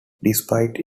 despite